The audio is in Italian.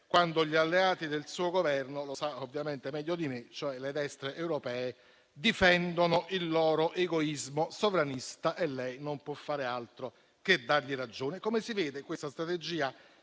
quando gli alleati del suo Governo - lei lo sa ovviamente meglio di me -, cioè le destre europee, difendono il loro egoismo sovranista e lei non può fare altro che dare loro ragione. Come si vede, questa strategia